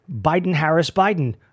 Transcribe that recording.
Biden-Harris-Biden